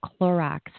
Clorox